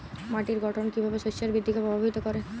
মাটির গঠন কীভাবে শস্যের বৃদ্ধিকে প্রভাবিত করে?